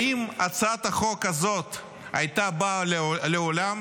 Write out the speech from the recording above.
האם הצעת החוק הזאת הייתה באה לעולם?